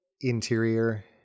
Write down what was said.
interior